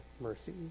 mercy